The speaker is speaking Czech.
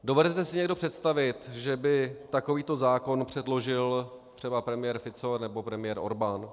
Dovedete si někdo představit, že by takovýto zákon předložil třeba premiér Fico nebo premiér Orbán?